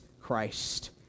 Christ